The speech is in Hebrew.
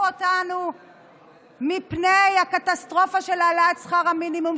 אותנו מפני הקטסטרופה של העלאת שכר המינימום,